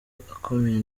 akomeye